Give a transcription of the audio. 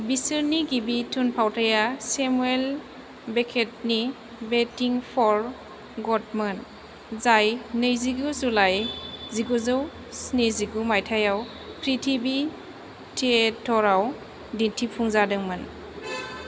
बिसोरनि गिबि थुनफावथाया सेमुवेल बेकेटनि वेटिं फर गडट मोन जाय नैजिगु जुलाइ जिगुजौ स्निजिगु मायथाइआव पृथिबि थियेटाराव दिन्थिफुंजादोंमोन